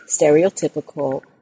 stereotypical